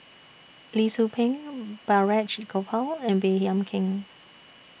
Lee Tzu Pheng Balraj Gopal and Baey Yam Keng